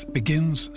begins